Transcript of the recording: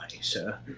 sir